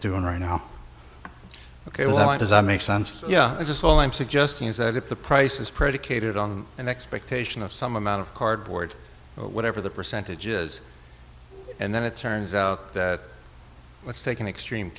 doing right now ok well it doesn't make sense yeah just all i'm suggesting is that if the price is predicated on an expectation of some amount of cardboard or whatever the percentage is and then it turns out that let's take an extreme